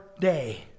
day